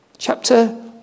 Chapter